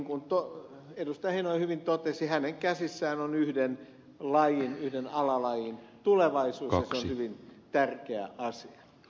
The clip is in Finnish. heinonen hyvin totesi hänen käsissään on yhden alalajin tulevaisuus ja se on hyvin tärkeä asia